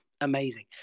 Amazing